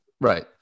Right